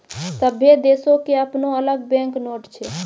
सभ्भे देशो के अपनो अलग बैंक नोट छै